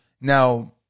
Now